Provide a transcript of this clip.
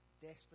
desperate